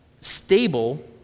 Stable